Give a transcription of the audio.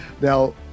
Now